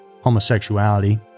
homosexuality